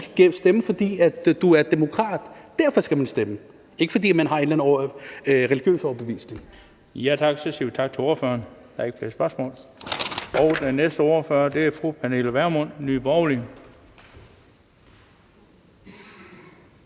stemme, fordi du er demokrat. Derfor skal man stemme, ikke fordi man har en eller anden religiøs overbevisning.